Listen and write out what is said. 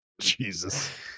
Jesus